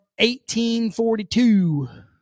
1842